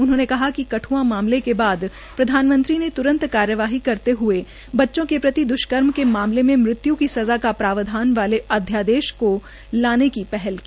उ ह ने कहा क कठ़आ मामले के बाद धानमं ी ने त्रंत कायवाह करते हुए ब च के त दु कम के मामल म मृ यु क सज़ा के ावधान वाले अ यादेश को लाने क पहल क